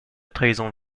trahison